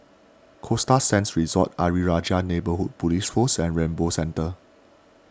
Costa Sands Resort Ayer Rajah Neighbourhood Police Post and Rainbow Centre